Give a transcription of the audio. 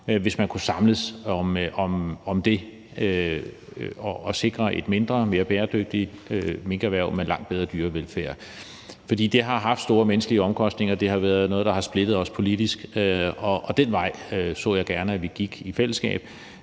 hvis man kunne samles om det og sikre et mindre og mere bæredygtigt minkerhverv med langt bedre dyrevelfærd. For det har haft store menneskelige omkostninger, og det har været noget, der har splittet os politisk. Den vej så jeg gerne vi gik i fællesskab,